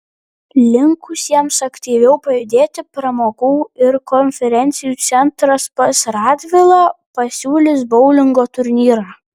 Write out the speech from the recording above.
linkusiems aktyviau pajudėti pramogų ir konferencijų centras pas radvilą pasiūlys boulingo turnyrą